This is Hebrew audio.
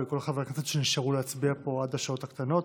ולכל חברי הכנסת שנשארו להצביע פה עד לשעות הקטנות.